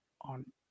on